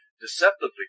deceptively